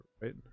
right